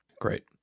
Great